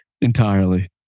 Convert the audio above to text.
entirely